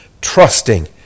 trusting